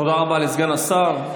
תודה רבה לסגן השר.